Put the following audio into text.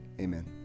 Amen